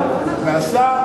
נעשה.